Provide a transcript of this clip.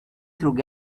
through